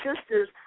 sisters